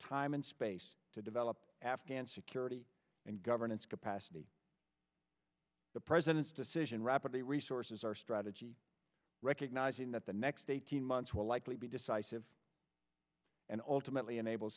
time and space to develop afghan security and governance capacity the president's decision rapidly resources our strategy recognizing that the next eighteen months will likely be decisive and ultimately enable